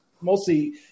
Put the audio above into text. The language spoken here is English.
mostly